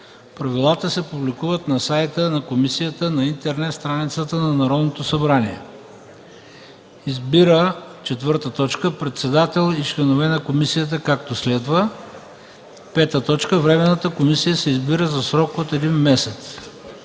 Правилата се публикуват на сайта на комисията на интернет страницата на Народното събрание. 4. Избира председател и членове на комисията както следва. 5. Временната комисия се избира за срок от един месец.”